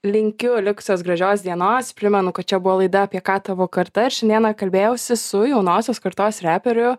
linkiu likusios gražios dienos primenu kad čia buvo laida apie ką tavo karta ir šiandieną kalbėjausi su jaunosios kartos reperiu